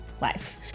life